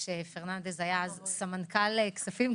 כאשר חיים פרננדס היה אז סמנכ"ל כספים.